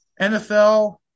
NFL